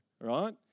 right